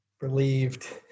Relieved